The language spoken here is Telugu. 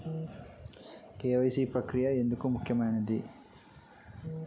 కే.వై.సీ ప్రక్రియ ఎందుకు ముఖ్యమైనది?